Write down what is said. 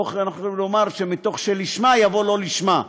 פה אנחנו יכולים לומר שמתוך לשמה יבוא שלא לשמה.